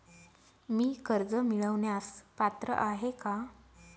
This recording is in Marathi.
मी कर्ज मिळवण्यास पात्र आहे का?